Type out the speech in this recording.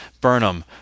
Burnham